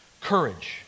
Courage